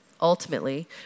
Ultimately